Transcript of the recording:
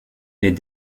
les